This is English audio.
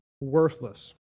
worthless